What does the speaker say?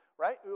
right